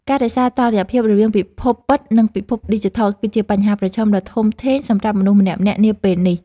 ការរក្សាតុល្យភាពរវាងពិភពពិត និងពិភពឌីជីថលគឺជាបញ្ហាប្រឈមដ៏ធំធេងសម្រាប់មនុស្សម្នាក់ៗនាពេលនេះ។